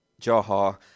Jaha